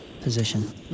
position